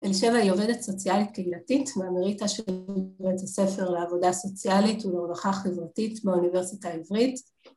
‫אלשבע היא עובדת סוציאלית קהילתית ‫מהמריטה של בית הספר לעבודה סוציאלית ‫ולהוראה חברתית באוניברסיטה העברית.